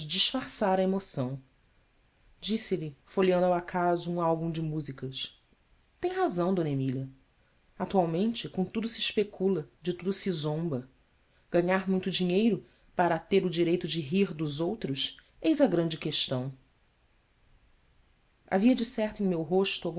disfarçar a emoção disse-lhe folheando ao acaso um álbum de músicas em razão d emília atualmente com tudo se especula de tudo se zomba ganhar muito dinheiro para ter o direito de rir dos outros eis a grande questão havia decerto em meu rosto